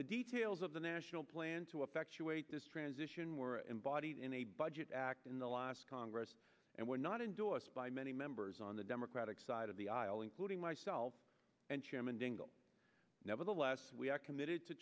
the details of the national plan to affect you eight this transition were embodied in a budget act in the last congress and were not endorsed by many members on the democratic side of the aisle including myself and chairman dingell nevertheless we are committed to